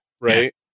right